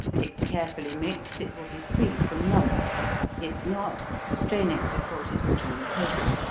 if carefully mixed, it will be free from lumps if not, strain it before it is put on the table.